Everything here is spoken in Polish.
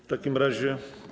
W takim razie.